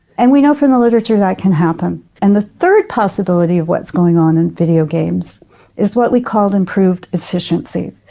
and we know from the literature that can happen. and the third possibility of what's going on in videogames is what we call improved efficiency.